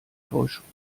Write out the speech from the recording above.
täuschung